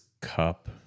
cup